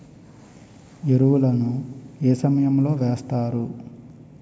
ఎరువుల ను ఏ సమయం లో వేస్తారు?